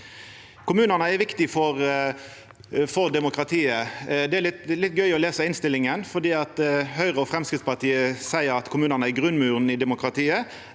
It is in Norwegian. Kommunane er viktige for demokratiet. Det er litt gøy å lesa innstillinga: Høgre og Framstegspartiet seier at kommunane er grunnmuren i demokratiet,